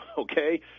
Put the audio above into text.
okay